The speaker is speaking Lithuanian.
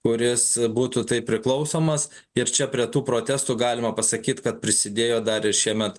kuris būtų taip priklausomas ir čia prie tų protestų galima pasakyt kad prisidėjo dar ir šiemet